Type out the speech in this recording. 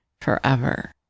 forever